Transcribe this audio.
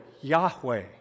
Yahweh